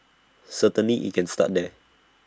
certainly IT can start there